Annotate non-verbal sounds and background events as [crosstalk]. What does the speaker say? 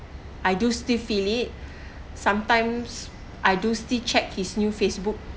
I do still feel it [breath] sometimes I do see checked his new Facebook